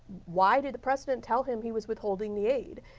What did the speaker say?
why did the president tell him he was withholding the aid?